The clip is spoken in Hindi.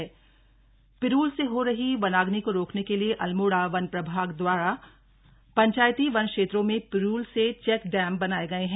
पिरूल चैक डैम पिरूल से हो रही वनाग्नि को रोकने के लिए अल्मोड़ा वन प्रभाग दवारा पंचायती वन क्षेत्रों में पिरूल से चैक डैम बनाये गए हैं